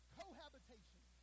cohabitation